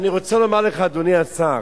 אני רוצה לומר לך, אדוני השר: